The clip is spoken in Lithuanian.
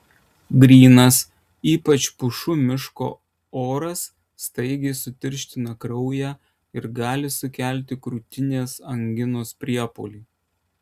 grynas ypač pušų miško oras staigiai sutirština kraują ir gali sukelti krūtinės anginos priepuolį